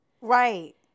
right